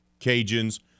Cajuns